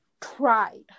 tried